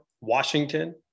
Washington